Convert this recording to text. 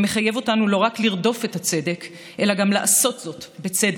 המחייב אותנו לא רק לרדוף את הצדק אלא גם לעשות זאת בצדק.